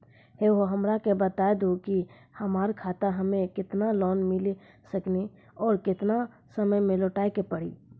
है हो हमरा के बता दहु की हमार खाता हम्मे केतना लोन मिल सकने और केतना समय मैं लौटाए के पड़ी?